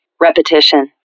repetition